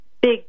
big